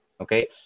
Okay